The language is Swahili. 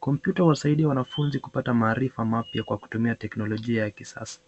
Kompyuta husaidia wanafunzi kupata maarifa mapya kwa kutumia teknolojia ya kisasa.